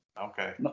Okay